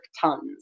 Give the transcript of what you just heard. tons